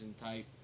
type